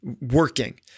working